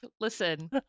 Listen